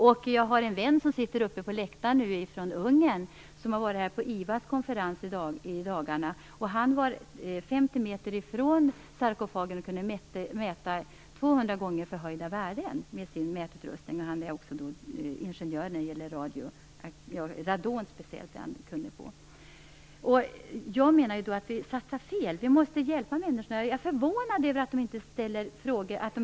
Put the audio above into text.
Uppe på läktaren har jag en vän från Ungern som varit på IVA:s konferens i dagarna. Han var 50 meter ifrån sarkofagen och uppmätte 200 gånger förhöjda värden med sin mätutrustning. Han är ingenjör och speciellt kunnig på radonområdet. Vi satsar fel. Vi måste hjälpa människorna. Jag är förvånad över att de inte ber om hjälp.